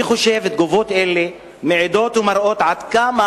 אני חושב שתגובות כאלה מעידות ומראות עד כמה